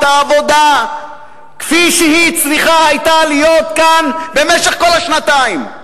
העבודה כפי שהיא צריכה היתה להיות כאן במשך כל השנתיים.